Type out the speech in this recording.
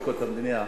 ביקורת המדינה,